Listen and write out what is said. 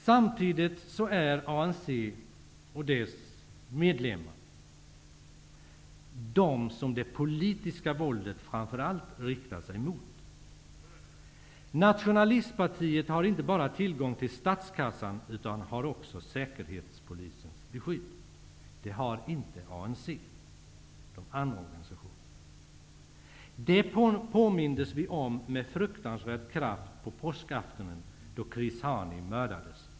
Samtidigt är ANC och dess medlemmar dem som det politiska våldet framför allt riktar sig mot. Nationalistpartiet har inte bara tillgång till statskassan utan också säkerhetspolisens beskydd. Det har inte ANC och de andra organisationerna. Det påmindes vi om med fruktansvärd kraft på påskaftonen, då Chris Hani mördades.